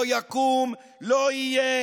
לא יקום, לא יהיה.